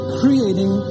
creating